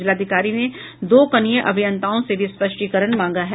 जिलाधिकारी ने दो कनीय अभियंताओं से भी स्पष्टीकरण मांगा है